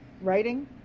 Writing